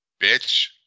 Bitch